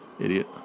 Idiot